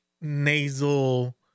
nasal